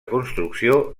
construcció